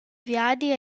viadi